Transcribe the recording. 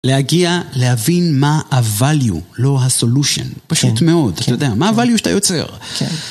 להגיע, להבין מה ה-value, לא ה-solution, פשוט מאוד, אתה יודע, מה ה-value שאתה יוצר.